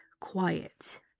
quiet